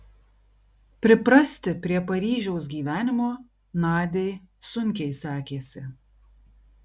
priprasti prie paryžiaus gyvenimo nadiai sunkiai sekėsi